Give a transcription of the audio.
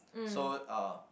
so uh